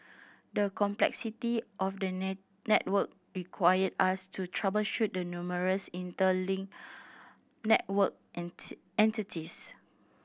the complexity of the net network required us to troubleshoot the numerous interlinked network entities